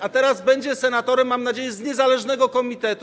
a teraz będzie senatorem, mam nadzieję, z niezależnego komitetu.